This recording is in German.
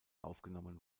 aufgenommen